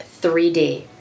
3D